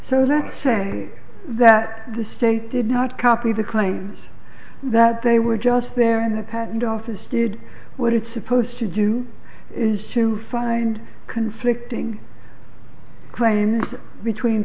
so that say that the state did not copy the claims that they were just there in the patent office did what it's supposed to do is to find conflicting claims between